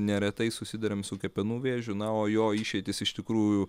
neretai susiduriam su kepenų vėžiu na o jo išeitys iš tikrųjų